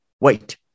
wait